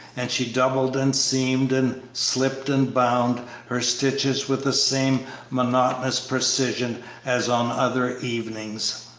and she doubled and seamed and slipped and bound her stitches with the same monotonous precision as on other evenings.